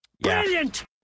Brilliant